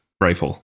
rifle